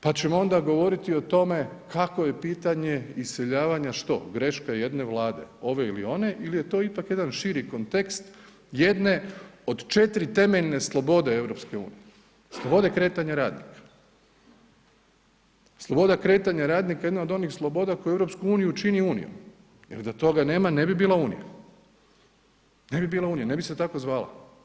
Pa ćemo onda govoriti o tome kakvo je pitanje iseljavanja, što, greška jedne vlade ove ili one il je to ipak jedan širi kontekst jedne od 4 temeljne slobode EU, slobode kretanja radnika, sloboda kretanja radnika je jedna od onih sloboda koju EU čini Unijom jer da toga nema ne bi bila Unija, ne bi bila Unija, ne bi se tako zvala.